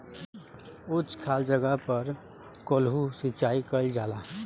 उच्च खाल जगह पर कोल्हू सिचाई कइल जाला